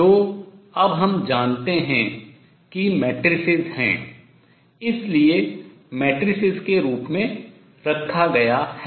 जो अब हम जानते हैं कि मैट्रिसेस आव्यूह हैं इसलिए मैट्रिसेस के रूप में रखा गया हैं